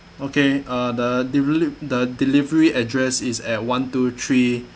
okay uh the deliv~ the delivery address is at one two three